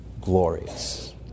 glorious